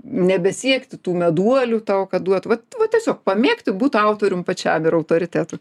nebesiekti tų meduolių tau kad duot vat tiesiog pamėgti būt autorium pačiam ir autoritetu